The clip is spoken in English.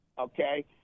Okay